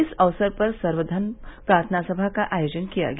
इस अवसर पर सर्वघर्म प्रार्थना समा का आयोजन किया गया